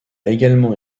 également